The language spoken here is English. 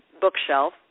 bookshelf